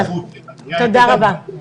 תודה רבה.